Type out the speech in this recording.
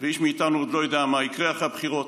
איש מאיתנו עוד לא יודע מה יקרה אחרי הבחירות.